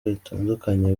butandukanye